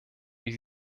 wie